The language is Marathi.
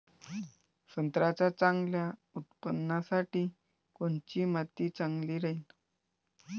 संत्र्याच्या चांगल्या उत्पन्नासाठी कोनची माती चांगली राहिनं?